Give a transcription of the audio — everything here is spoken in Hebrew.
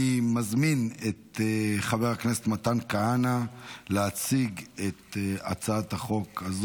התשפ"ד 2023 אני מזמין את חבר הכנסת מתן כהנא להציג את הצעת החוק.